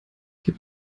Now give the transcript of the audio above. gib